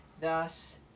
Thus